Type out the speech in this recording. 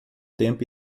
tempo